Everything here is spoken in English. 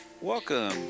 Welcome